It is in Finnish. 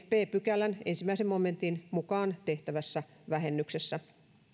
b pykälän ensimmäisen momentin mukaan tehtävässä vähennyksessä